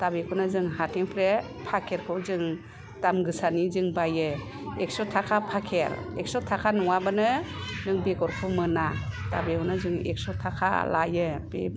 दा बेखौनो जों हाथायनिफ्राय फाकेटखौ जों दाम गोसानि जों बाइयो एक्स' थाखा फाकेट एक्स' थाखा नङाबानो नों बेगरखौ मोना दा बेवनो जों एक्स' थाखा लायो बे